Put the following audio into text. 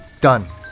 Done